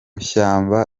shyamba